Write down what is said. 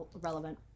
relevant